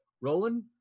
Roland